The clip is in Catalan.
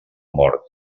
mort